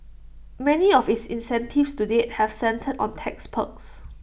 many of its incentives to date have centred on tax perks